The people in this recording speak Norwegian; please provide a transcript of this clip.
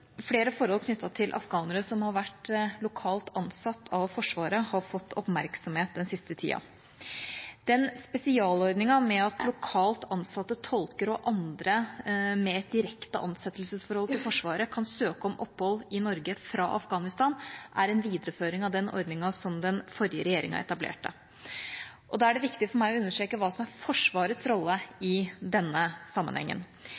Flere forhold knyttet til afghanere som har vært lokalt ansatt av Forsvaret, har fått oppmerksomhet den siste tida. Den spesialordninga med at lokalt ansatte tolker og andre med et direkte ansettelsesforhold til Forsvaret kan søke om opphold i Norge fra Afghanistan, er en videreføring av den ordninga som den forrige regjeringa etablerte. Da er det viktig for meg å understreke hva som er Forsvarets rolle i denne sammenhengen.